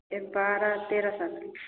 एक बारह तेरह साल की